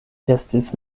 estis